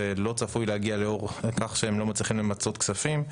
לא צפוי להגיע לאור זה שהם לא מצליחים למצות כספים.